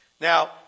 Now